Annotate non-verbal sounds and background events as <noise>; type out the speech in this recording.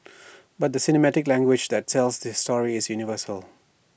<noise> but the cinematic language that tells this story is universal